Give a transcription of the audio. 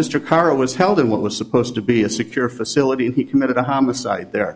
mr karr was held in what was supposed to be a secure facility and he committed a homicide there